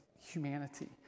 humanity